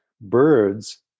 birds